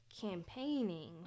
campaigning